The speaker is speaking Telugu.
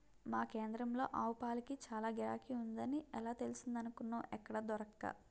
మా కేంద్రంలో ఆవుపాలకి చాల గిరాకీ ఉందని ఎలా తెలిసిందనుకున్నావ్ ఎక్కడా దొరక్క